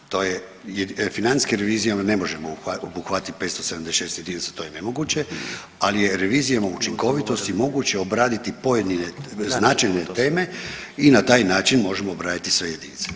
To je jer financijskim revizijama ne možemo obuhvatiti 576 jedinica, to je nemoguće ali je revizijama učinkovitosti moguće obraditi pojedine značajne teme i na taj način možemo obratiti sve jedinice.